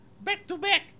Back-to-back